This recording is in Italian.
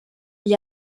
gli